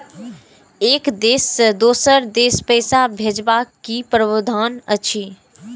एक देश से दोसर देश पैसा भैजबाक कि प्रावधान अछि??